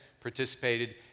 participated